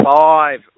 five